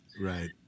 right